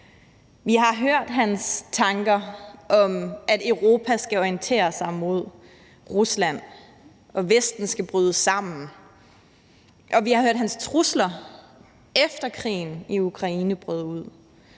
Vi har hørt hans tanker om, at Europa skal orientere sig mod Rusland, og at Vesten skal bryde sammen, og vi har hørt hans trusler, efter krigen i Ukraine brød ud.